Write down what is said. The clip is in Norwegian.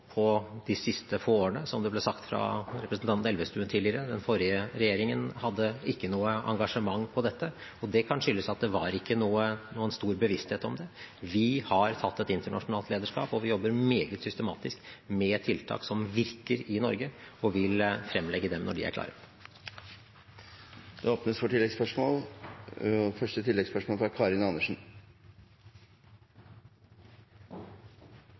de siste få årene. Som det ble sagt av representanten Elvestuen tidligere, hadde den forrige regjeringen ikke noe engasjement for dette, og det kan skyldes at det ikke var noen stor bevissthet om det. Vi har tatt et internasjonalt lederskap, og vi jobber meget systematisk med tiltak som virker i Norge, og vil fremlegge dem når de er klare. Det åpnes for oppfølgingsspørsmål – først Karin Andersen.